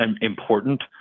important